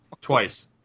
Twice